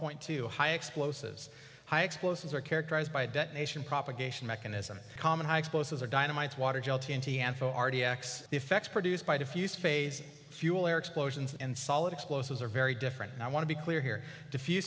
point two high explosives high explosives are characterized by detonation propagation mechanism common high explosives or dynamite water or r d x effects produced by diffuse phase fuel air explosions and solid explosives are very different and i want to be clear here dif